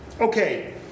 Okay